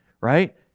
Right